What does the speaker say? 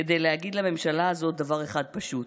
כדי להגיד לממשלה הזאת דבר אחד פשוט: